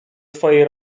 swojej